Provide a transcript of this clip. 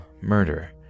murder